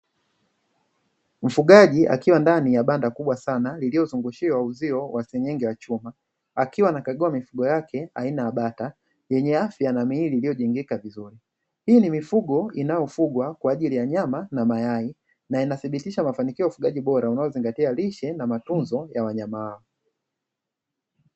Mfugaji akiwa ndani ya banda kubwa sana iliyozungushiwa uzio wa senyenge ya chuma, akiwa anakagua mifugo yake aina ya bata yenye afya na miili iliyojengeka vizuri; hii ni mifugo inayofugwa kwa ajili ya nyama na mayai na inathibitisha mafanikio ya ufugaji bora, unaozingatia lishe na matunzo ya wanyama hao.